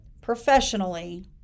professionally